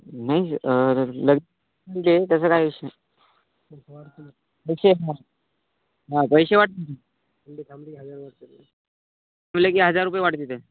नाही लगेच म्हणजे तसं काय विषय नाही पैसे मग हां पैसे वाढतील म्हणलं की हजार रुपये वाढतात